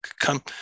come